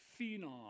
phenom